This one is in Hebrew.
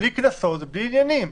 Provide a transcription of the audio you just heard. בלי קנסות ובלי עניינים.